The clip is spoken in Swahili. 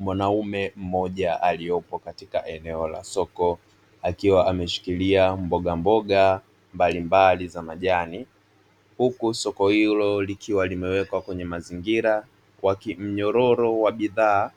Mwanaume mmoja aliye katika eneo la soko akiwa ameshikilia mbogamboga mbalimbali za majani, huku soko hilo likiwa limewekwa kwenye mazingira wakimnyororo wa bidhaa